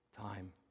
time